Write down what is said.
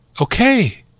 Okay